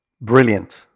Brilliant